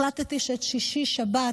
החלטתי שאת שישי-שבת,